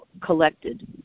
collected